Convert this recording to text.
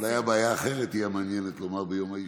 אולי הבעיה האחרת היא המעניינת ביום האישה.